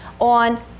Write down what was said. on